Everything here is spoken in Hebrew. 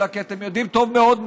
אלא כי אתם יודעים טוב מאוד מהי,